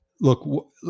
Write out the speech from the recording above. look